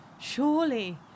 surely